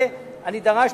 את זה אני דרשתי,